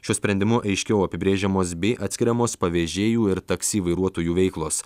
šiuo sprendimu aiškiau apibrėžiamos bei atskiriamos pavežėjų ir taksi vairuotojų veiklos